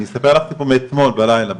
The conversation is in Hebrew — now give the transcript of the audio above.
אני אספר לך סיפור מאתמול בלילה,